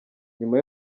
nyuma